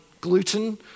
gluten